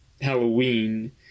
Halloween